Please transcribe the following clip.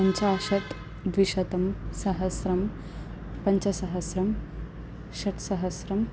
पञ्चाशत् द्विशतं सहस्रं पञ्चसहस्रं षट्सहस्रम्